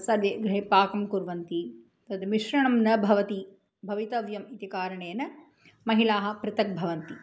सर्वे गृहे पाकं कुर्वन्ति तद् मिश्रणं न भवति भवितव्यम् इति कारणेन महिलाः पृथक् भवन्ति